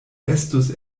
estus